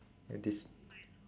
a dis~